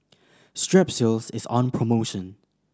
strepsils is on promotion